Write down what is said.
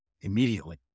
immediately